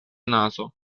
nazo